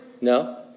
No